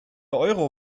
euro